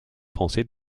français